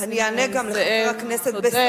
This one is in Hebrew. אני אענה גם לחבר הכנסת בסוף דברי.